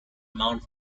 amount